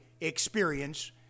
experience